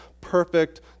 perfect